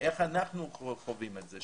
אנחנו חווים את זה.